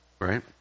right